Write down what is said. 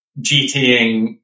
GTing